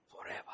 forever